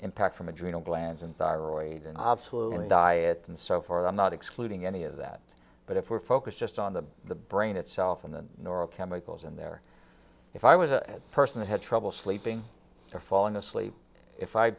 impacts from adrenal glands and thyroid and i absolutely diet and so far i'm not excluding any of that but if we're focused just on the brain itself and then neurochemicals in there if i was a person that had trouble sleeping or falling asleep if i